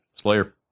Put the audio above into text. Slayer